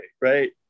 Right